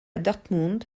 dortmund